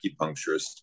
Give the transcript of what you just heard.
acupuncturist